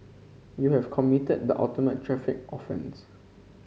you have committed the ultimate traffic offence